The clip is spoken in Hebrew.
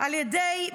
על ידי,